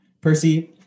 Percy